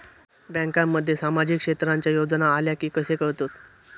बँकांमध्ये सामाजिक क्षेत्रांच्या योजना आल्या की कसे कळतत?